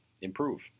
improve